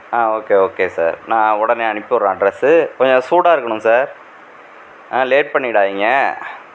ஆ okay okay sir நான் உடனே அனுப்பிவிட்றேன் அட்ரஸு கொஞ்ச சூடாக இருக்கணும் சார் லேட் பண்ணிவிடாதிங்க